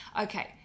okay